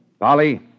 Polly